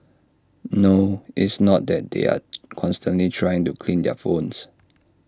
no it's not that they are constantly trying to clean their phones